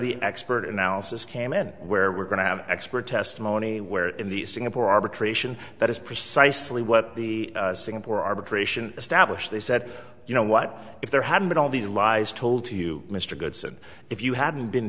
the expert analysis came in where we're going to have expert testimony where in the singapore arbitration that is precisely what the singapore arbitration established they said you know what if there hadn't been all these lies told to you mr goodson if you hadn't been